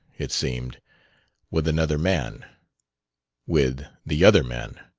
it seemed with another man with the other man,